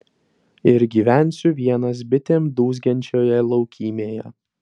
ir gyvensiu vienas bitėm dūzgiančioje laukymėje